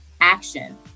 action